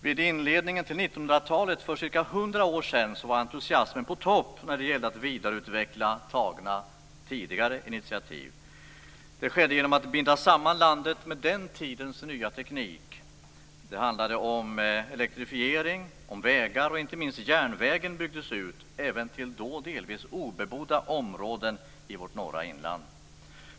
Vid inledningen av 1900-talet, för ca 100 år sedan, var entusiasmen på topp när det gällde att vidareutveckla tidigare tagna initiativ. Det skedde genom att man band samman landet med den tidens nya teknik. Det handlade om elektrifiering och om vägar. Inte minst järnvägen byggdes ut, även till då delvis obebodda områden i vårt norra inland.